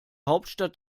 hauptstadt